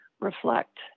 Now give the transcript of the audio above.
reflect